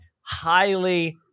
highly